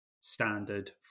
standard